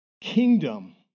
kingdom